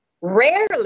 Rarely